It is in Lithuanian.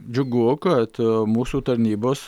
džiugu kad mūsų tarnybos